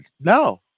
no